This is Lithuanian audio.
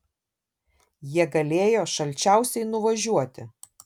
jie galėjo šalčiausiai nuvažiuoti